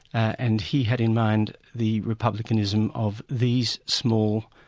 and he had in mind the republicanism of these small,